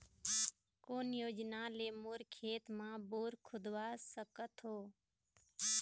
कोन योजना ले मोर खेत मा बोर खुदवा सकथों?